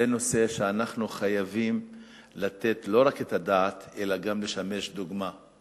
זה נושא שאנחנו חייבים לא רק לתת עליו את הדעת אלא גם לשמש דוגמה.